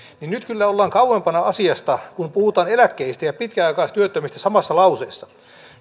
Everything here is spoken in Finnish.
niin nyt kyllä ollaan kauempana asiasta kun puhutaan eläkkeistä ja pitkäaikaistyöttömistä samassa lauseessa